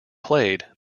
played